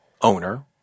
owner –